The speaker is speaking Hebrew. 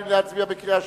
האם להצביע בקריאה שלישית?